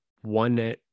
one